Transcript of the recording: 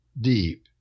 deep